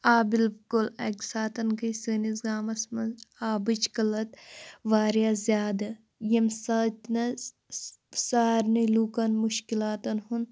آ بِلکُل اَکہِ ساتہٕ گٔے سٲنِس گامَس منٛز آبٕچ قٕلَط واریاہ زیادٕ ییٚمہِ ساتہٕ نہٕ سارِنی لُکَن مُشکِلاتَن ہُنٛد